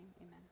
amen